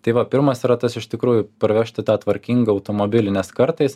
tai va pirmas yra tas iš tikrųjų parvežti tą tvarkingą automobilį nes kartais